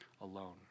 alone